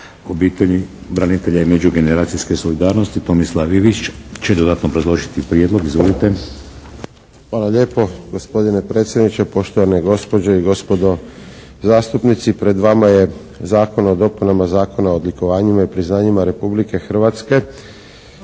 obitelji, branitelja i međugeneracijske solidarnosti, Tomislav Ivić će dodatno obrazložiti prijedlog. Izvolite. **Ivić, Tomislav (HDZ)** Hvala lijepo. Gospodine predsjedniče, poštovane gospođe i gospodo zastupnici. Pred vama je Zakon o dopunama Zakona o odlikovanjima i priznanjima Republike Hrvatske